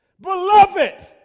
Beloved